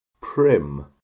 prim